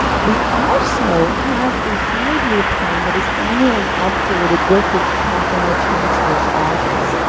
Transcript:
we also have a five year plan that is annually updated with the california chancellor's office.